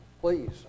please